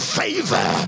favor